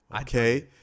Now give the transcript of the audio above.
okay